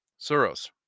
Soros